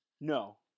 No